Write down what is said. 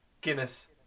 Guinness